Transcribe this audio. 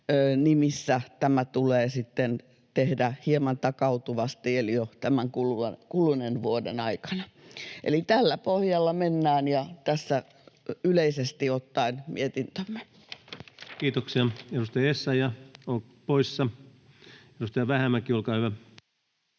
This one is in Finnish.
nimissä tämä tulee sitten tehdä hieman takautuvasti eli jo tämän kuluneen vuoden aikana. Eli tällä pohjalla mennään, ja tässä yleisesti ottaen mietintömme. Kiitoksia. — Edustaja Essayah poissa. — Edustaja Vähämäki, olkaa hyvä.